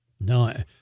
No